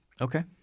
Okay